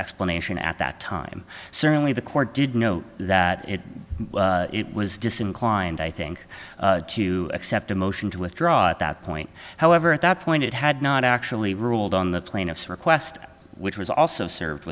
explanation at that time certainly the court did note that it it was disinclined i think to accept a motion to withdraw at that point however at that point it had not actually ruled on the plaintiff's request which was also served